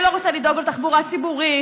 היא לא רוצה לדאוג לתחבורה הציבורית,